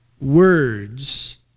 words